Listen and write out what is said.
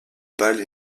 bâle